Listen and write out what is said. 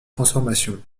transformation